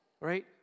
Right